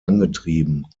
angetrieben